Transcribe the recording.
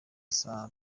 saa